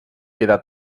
queda